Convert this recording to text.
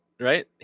Right